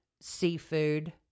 seafood